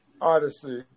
Odyssey